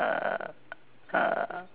err